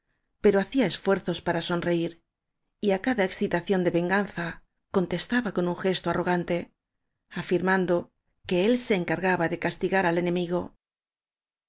pero hacía esfuerzos para sonreír y á cada excita ción de venganza contestaba con un gesto arro gante afirmando que él se encargaba de casti gar o al enemigo